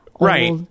Right